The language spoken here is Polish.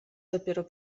dopiero